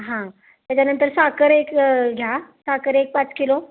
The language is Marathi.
हां त्याच्यानंतर साखर एक घ्या साखर एक पाच किलो